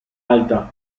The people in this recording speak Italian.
alta